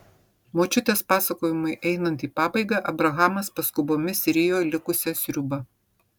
močiutės pasakojimui einant į pabaigą abrahamas paskubomis rijo likusią sriubą